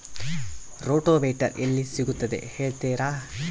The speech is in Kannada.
ರೋಟೋವೇಟರ್ ಎಲ್ಲಿ ಸಿಗುತ್ತದೆ ಹೇಳ್ತೇರಾ?